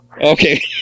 Okay